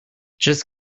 just